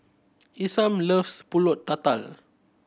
Isam loves Pulut Tatal